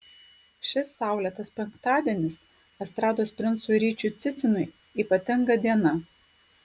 šis saulėtas penktadienis estrados princui ryčiui cicinui ypatinga diena